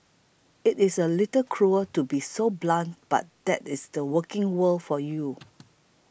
it is a little cruel to be so blunt but that is the working world for you